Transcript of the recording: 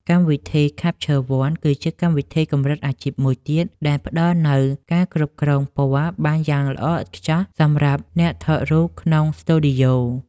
កម្មវិធី ខាប់ឈ័រ វ័ន គឺជាកម្មវិធីកម្រិតអាជីពមួយទៀតដែលផ្តល់នូវការគ្រប់គ្រងពណ៌បានយ៉ាងល្អឥតខ្ចោះសម្រាប់អ្នកថតរូបក្នុងស្ទូឌីយោ។